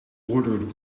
ordered